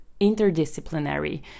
interdisciplinary